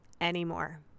anymore